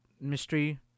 mystery